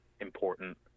important